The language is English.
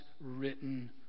written